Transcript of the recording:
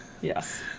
Yes